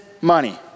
money